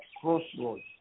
crossroads